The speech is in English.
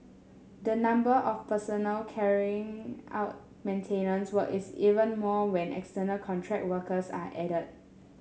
the number of personnel carrying out maintenance work is even more when external contract workers are added